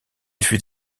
fut